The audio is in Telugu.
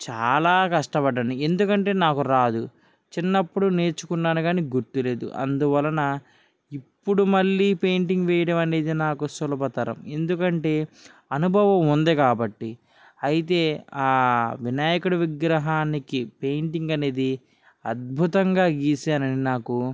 చాలా కష్టపడ్డాను ఎందుకంటే నాకు రాదు చిన్నప్పుడు నేర్చుకున్నాను కానీ గుర్తులేదు అందువలన ఇప్పుడు మళ్ళీ పెయింటింగ్ వేయడం అనేది నాకు సులభతరం ఎందుకంటే అనుభవం ఉంది కాబట్టి అయితే ఆ వినాయకుడు విగ్రహానికి పెయింటింగ్ అనేది అద్భుతంగా గీసానని నాకు